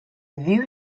view